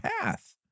path